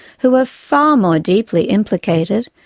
who were far more deeply implicated,